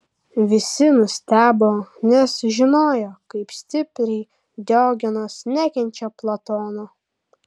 visi nustebo nes žinojo kaip stipriai diogenas nekenčia platono